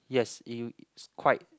yes you it's quite